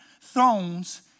thrones